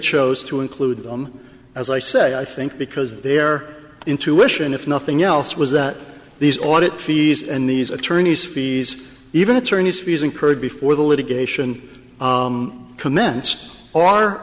chose to include them as i say i think because their intuition if nothing else was that these audit fees and these attorneys fees even attorneys fees incurred before the litigation commenced are